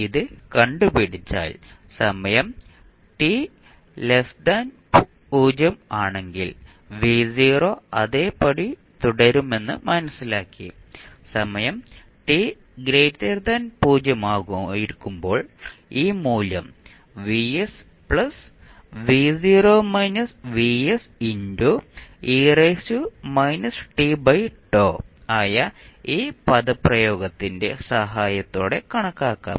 ഇത് കണ്ടു പിടിച്ചാൽ സമയം t 0 ആണെങ്കിൽ അതേപടി തുടരുമെന്ന് മനസ്സിലാക്കി സമയം t 0 ആയിരിക്കുമ്പോൾ ഈ മൂല്യം ആയ ഈ പദപ്രയോഗത്തിന്റെ സഹായത്തോടെ കണക്കാക്കാം